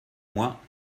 moi